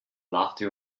lofty